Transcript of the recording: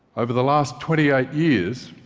over the last twenty eight years,